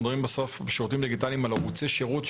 אנחנו מדברים בסוף בשירותים דיגיטליים על ערוצי שירות,